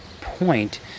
point